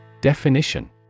Definition